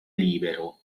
libero